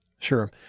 Sure